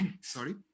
sorry